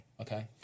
Okay